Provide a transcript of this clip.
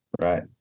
Right